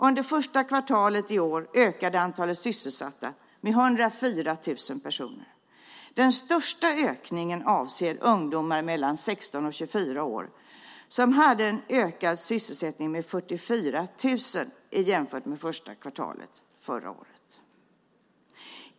Under första kvartalet i år ökade antalet sysselsatta med 104 000 personer. Den största ökningen avser ungdomar mellan 16 och 24 år som hade en ökad sysselsättning med 44 000 jämfört med första kvartalet förra året.